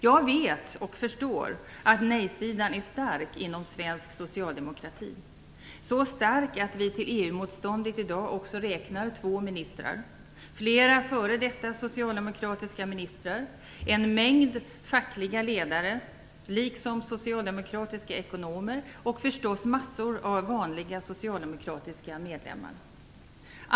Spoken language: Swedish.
Jag vet och förstår att nej-sidan är stark inom svensk socialdemokrati, så stark att vi till EU motståndet i dag också räknar två ministrar, flera f.d. socialdemokratiska ministrar, en mängd fackliga ledare liksom socialdemokratiska ekonomer och förstås mängder av vanliga socialdemokratiska medlemmar.